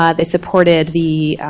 ah they supported the